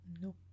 no